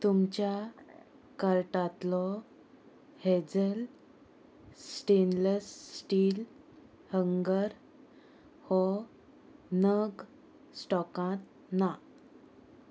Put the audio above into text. तुमच्या कार्टांतलो hazel stainless steel hanger हो नग स्टॉकांत ना